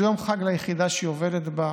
זה יום חג ליחידה שהיא עובדת בה,